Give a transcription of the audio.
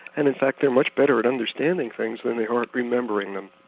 and in fact they're much better at understanding things than they are at remembering them.